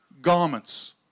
garments